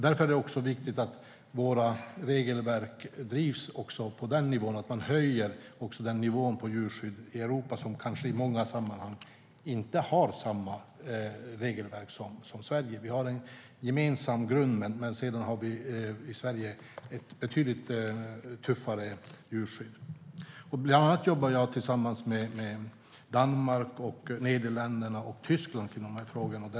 Därför är det viktigt att våra regelverk drivs också på den nivån och att man höjer nivån på djurskyddet i Europa, där man i många sammanhang inte har samma regelverk som Sverige. Vi har en gemensam grund, men vi har i Sverige ett betydligt tuffare djurskydd. Bland annat jobbar jag tillsammans med Danmark, Nederländerna och Tyskland om de här frågorna.